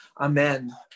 amen